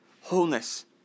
wholeness